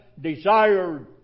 desired